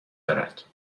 دارد